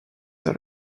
tout